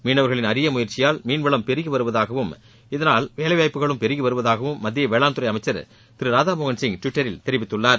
மீனவர்களின் அரிய முயற்சியால் மீன்வளம் பெருகி வருவதாகவும் இதனால் வேலைவாய்ப்புகள் பெருகி வருவதாகவும் மத்திய வேளாண்துறை அமைச்சர் ராதாமோகன்சிங் டிவிட்டரில் தெரிவித்துள்ளார்